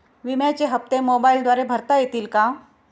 विम्याचे हप्ते मोबाइलद्वारे भरता येतील का?